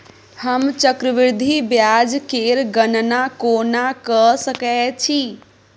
हम चक्रबृद्धि ब्याज केर गणना कोना क सकै छी